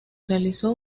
realizó